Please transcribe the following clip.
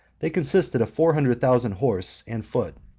they consisted of four hundred thousand horse and foot,